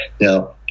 Now